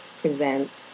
presents